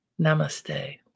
Namaste